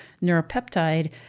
neuropeptide